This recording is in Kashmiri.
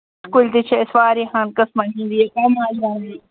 کُلۍ تہِ چھِ أسۍ واریاہن قٕسمَن ہِنٛدۍ ییٚتین اَنَن